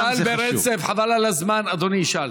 תשאל ברצף, חבל על הזמן, אדוני ישאל.